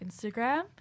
Instagram